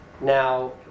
Now